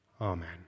Amen